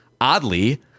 oddly